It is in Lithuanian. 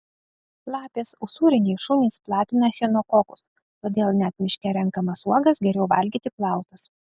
lapės usūriniai šunys platina echinokokus todėl net miške renkamas uogas geriau valgyti plautas